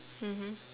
mmhmm